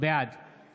בעד